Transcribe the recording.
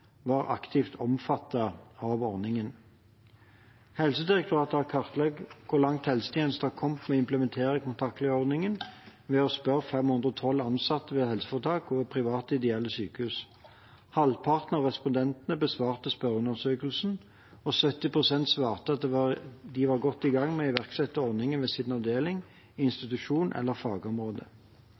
var aktivt omfattet av ordningen. Helsedirektoratet har kartlagt hvor langt helsetjenesten har kommet med å implementere kontaktlegeordningen ved å spørre 512 ansatte ved helseforetak og private ideelle sykehus. Halvparten av respondentene besvarte spørreundersøkelsen, og 70 pst. svarte at de var godt i gang med å iverksette ordningen ved sin avdeling, institusjon eller fagområde.